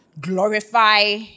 glorify